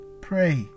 pray